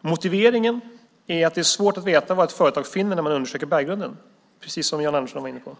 Motiveringen är att det är svårt att veta vad ett företag finner när man undersöker berggrunden. Det var precis det som Jan Andersson var inne på.